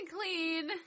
clean